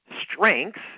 strengths